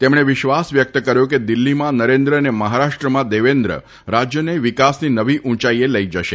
તેમણે વિશ્વાસ વ્યકત કર્યો હતો કે દિલ્ફીમાં નરેન્દ્ર અને મહારાષ્ટ્રમાં દેવેન્દ્ર રાજયને વિકાસની નવી ઉંચાઇએ લઇ જશે